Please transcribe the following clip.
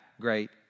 great